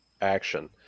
action